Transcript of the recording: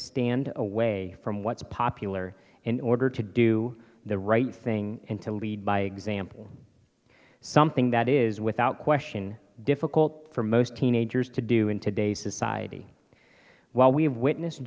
stand away from what's popular in order to do the right thing and to lead by example something that is without question difficult for most teenagers to do in today's society while we have witness